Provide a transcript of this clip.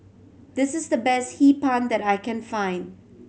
this is the best Hee Pan that I can find